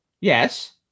Yes